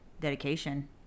dedication